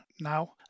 now